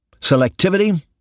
selectivity